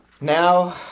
now